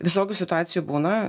visokių situacijų būna